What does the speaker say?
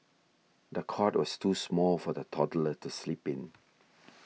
the cot was too small for the toddler to sleep in